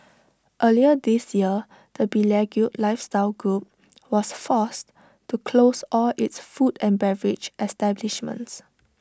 earlier this year the beleaguered lifestyle group was forced to close all its food and beverage establishments